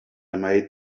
made